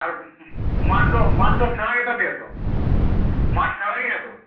ᱟᱨ ᱢᱟᱴᱷ ᱫᱚ ᱢᱟᱴᱷ ᱫᱚ ᱥᱮᱸᱲᱟ ᱜᱮᱛᱟ ᱯᱮᱭᱟᱛᱚ ᱢᱟᱴᱷ ᱥᱮᱸᱲᱟ ᱜᱮᱭᱟ ᱛᱚ